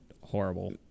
horrible